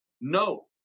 No